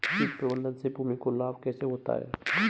कीट प्रबंधन से भूमि को लाभ कैसे होता है?